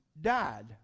died